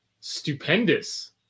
stupendous